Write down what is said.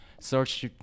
search